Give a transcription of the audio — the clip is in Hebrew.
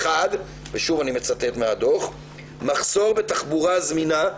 אחת, ושוב אני מצטט מהדוח: מחסור בתחבורה זמינה,